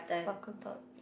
sparkle thoughts